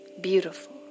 beautiful